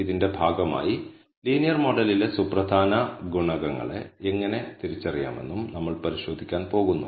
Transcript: ഇതിന്റെ ഭാഗമായി ലീനിയർ മോഡലിലെ സുപ്രധാന ഗുണകങ്ങളെ എങ്ങനെ തിരിച്ചറിയാമെന്നും നമ്മൾ പരിശോധിക്കാൻ പോകുന്നു